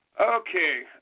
Okay